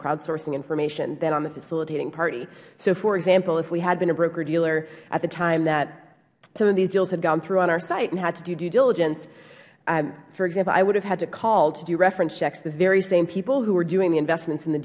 crowdsourcing information than on the facilitating party so for example if we had been a brokerdealer at the time that some of these deals had gone through on our site and had to do due diligence for example i would have had to call to do reference checks the very same people who are doing investments in the